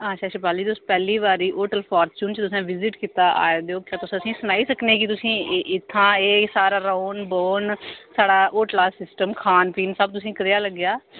हां हां शिपाली जी तुस पैह्ली बारी होटल फाॅर्चून च तुसें विजिट कीता आए दे क्या तुस असेंगी सनाई सकने ओ कि इत्थूं दा सारा रौह्न बौह्न साढ़े होटल दा सिस्ट खान पीन सब तुसें गी कनेहा लग्गेआ